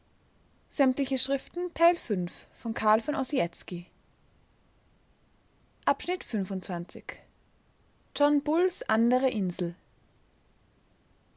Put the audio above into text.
john bulls andere insel